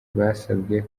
basabwe